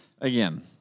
again